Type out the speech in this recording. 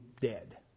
dead